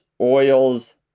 oils